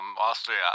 Austria